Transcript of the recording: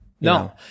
No